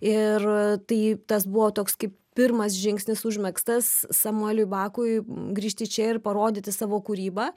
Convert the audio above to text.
ir tai tas buvo toks kaip pirmas žingsnis užmegztas samueliui bakui grįžti čia ir parodyti savo kūrybą